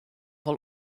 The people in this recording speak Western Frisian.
wol